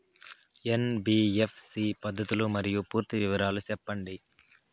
NBFC పద్ధతులు మరియు పూర్తి వివరాలు సెప్పండి?